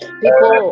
people